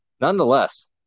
nonetheless